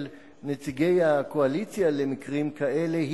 של נציגי הקואליציה למקרים כאלה,